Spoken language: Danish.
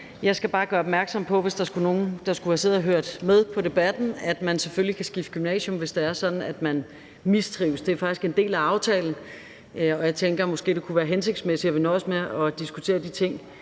Jeg skal bare, hvis der skulle være nogen, der har siddet og hørt med på debatten, gøre opmærksom på, at man selvfølgelig kan skifte gymnasium, hvis det er sådan, at man mistrives. Det er faktisk en del af aftalen, og jeg tænker, at det måske kunne være hensigtsmæssigt, at vi nøjes med